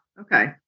Okay